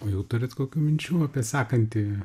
o jau turit kokių minčių apie sakantį